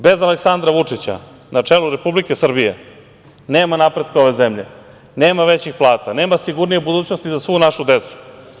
Bez Aleksandra Vučića na čelu Republike Srbije nema napretka ove zemlje, nema većih plata, nema sigurnije budućnosti za svu našu decu.